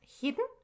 hidden